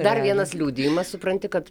dar vienas liudijimas supranti kad